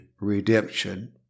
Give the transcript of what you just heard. redemption